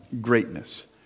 greatness